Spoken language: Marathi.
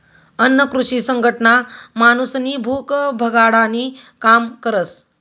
अन्न कृषी संघटना माणूसनी भूक भागाडानी काम करस